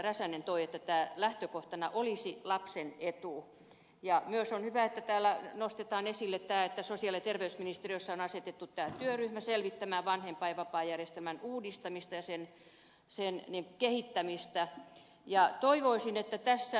räsänen toi esiin että lähtökohtana olisi lapsen etu ja myös on hyvä että täällä nostetaan esille tämä että sosiaali ja terveysministeriössä on asetettu työryhmä selvittämään vanhempainvapaajärjestelmän uudistamista ja kehittämistä